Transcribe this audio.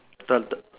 the the